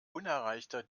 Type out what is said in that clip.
unerreichter